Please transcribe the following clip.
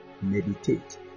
meditate